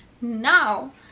now